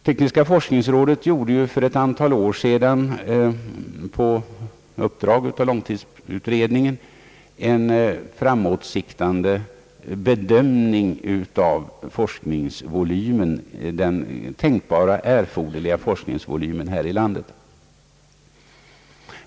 Tekniska forskningsrådet gjorde för ett antal år sedan på uppdrag av långtidsutredningen en framåtsiktande bedömning av forskningsvolymen — den tänkbara erforderliga forskningsvolymen här i landet.